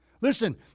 Listen